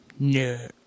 No